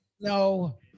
No